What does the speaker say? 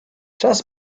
czas